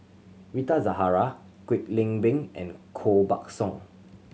Rita Zahara Kwek Leng Beng and Koh Buck Song